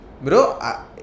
Bro